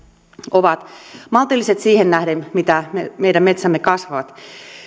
ovat maltilliset siihen nähden miten meidän metsämme kasvavat